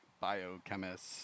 biochemist